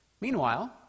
Meanwhile